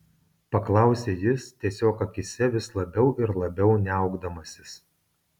paklausė jis tiesiog akyse vis labiau ir labiau niaukdamasis